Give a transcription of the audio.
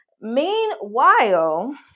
Meanwhile